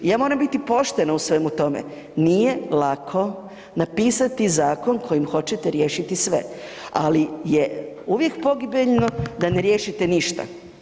Ja moram biti poštena u svemu tome, nije lako napisati zakon kojim hoćete riješiti sve, ali je uvijek pogibeljno da ne riješite ništa.